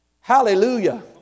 Hallelujah